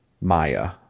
maya